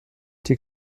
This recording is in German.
die